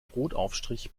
brotaufstrich